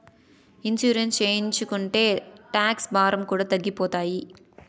insurance చేయించుకుంటే tax భారం కూడా తగ్గిపోతాయి